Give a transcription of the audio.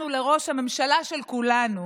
לראש הממשלה של כולנו: